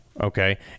Okay